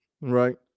right